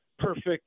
perfect